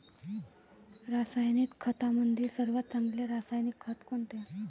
रासायनिक खतामंदी सर्वात चांगले रासायनिक खत कोनचे?